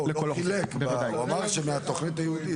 הוא לא חילק, הוא אמר שמהתוכנית היהודית.